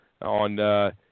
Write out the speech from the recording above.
on